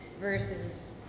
versus